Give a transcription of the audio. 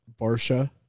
Barsha